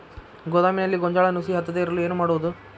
ಗೋದಾಮಿನಲ್ಲಿ ಗೋಂಜಾಳ ನುಸಿ ಹತ್ತದೇ ಇರಲು ಏನು ಮಾಡುವುದು?